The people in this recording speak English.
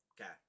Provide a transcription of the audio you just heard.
Okay